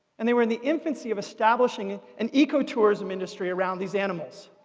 and they were in the infancy of establishing an eco-tourism industry around these animals.